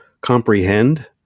comprehend